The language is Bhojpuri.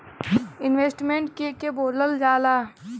इन्वेस्टमेंट के के बोलल जा ला?